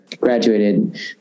graduated